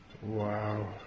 Wow